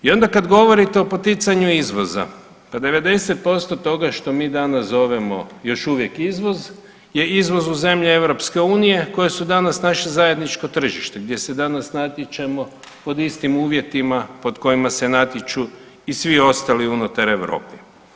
I onda kad govorite o poticanju izvoza, pa 90% toga što mi danas zovemo još uvijek izvoz je izvoz u zemlje EU koje su danas naše zajedničko tržište gdje se danas natječemo pod istim uvjetima pod kojima se natječu i svi ostali unutar Europe.